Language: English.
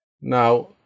Now